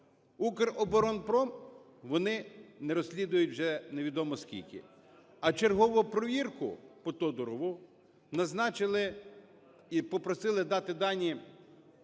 "Укроборонпром" вони не розслідують вже невідомо скільки, а чергову перевірку по Тодурову назначили і попросили дати дані